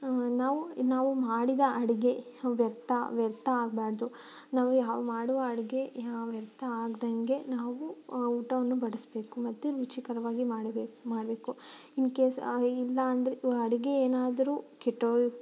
ನಾವು ನಾವು ಮಾಡಿದ ಅಡುಗೆ ವ್ಯರ್ಥ ವ್ಯರ್ಥ ಆಗಬಾರ್ದು ನಾವು ಯಾವ ಮಾಡುವ ಅಡುಗೆ ವ್ಯರ್ಥ ಆಗ್ದಂಗೆ ನಾವು ಊಟವನ್ನು ಬಡಿಸಬೇಕು ಮತ್ತು ರುಚಿಕರವಾಗಿ ಮಾಡಬೇಕು ಮಾಡಬೇಕು ಇನ್ ಕೇಸ್ ಇಲ್ಲಾಂದರೆ ಅಡುಗೆ ಏನಾದ್ರೂ ಕೆಟ್ಟೋ